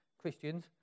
Christians